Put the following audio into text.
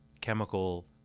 chemical